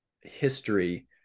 history